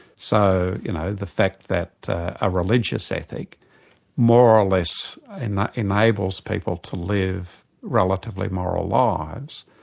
so you know the fact that a religious ethic more or less and enables people to live relatively moral lives,